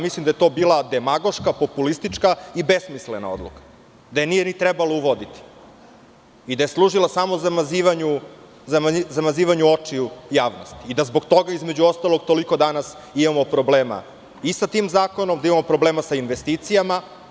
Mislim da je to bila demagoška, populistička i besmislena odluka, da je nije ni trebalo uvoditi i da je služila samo zamazivanju očiju javnosti i da zbog toga, između ostalog, toliko danas imamo problema i sa tim zakonom, da imamo problema sa investicijama.